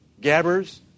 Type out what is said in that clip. gabbers